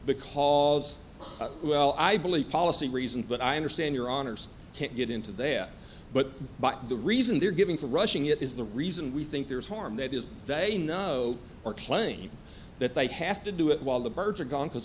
because well i believe policy reasons but i understand your honour's can't get into there but the reason they're giving for rushing it is the reason we think there is harm that is they know or plain that they'd have to do it while the birds are gone because